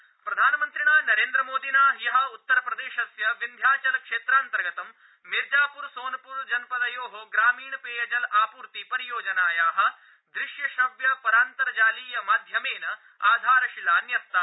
प्रधानमन्त्री विंध्याचल प्रधानमन्त्रिणा नरेन्द्रमोदिना हयः उत्तरप्रदेशस्य विन्ध्याचल क्षेत्रान्तर्गतं मिर्जाप्र सोनप्र जनपदयोः ग्रामीण पेयजल आप्र्ति परियोजनायाः दृश्य श्रव्य परान्तर्जालीय माध्यमेन आधारशिला न्यस्ता